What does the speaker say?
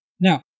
Now